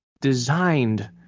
designed –